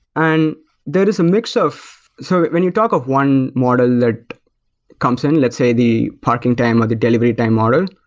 and that is a mix of so when you talk of one model that comes in, let's say the parking time or the delivery time model,